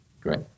Great